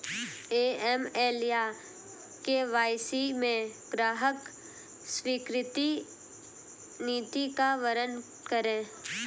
AML या KYC में ग्राहक स्वीकृति नीति का वर्णन करें?